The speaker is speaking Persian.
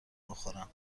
بخورم